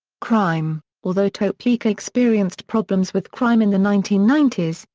crime although topeka experienced problems with crime in the nineteen ninety s,